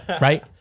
right